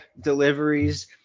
deliveries